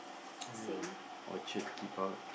uh orchard keep out